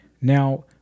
Now